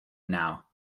now